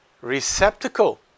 receptacle